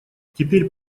теперь